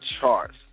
charts